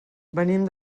venim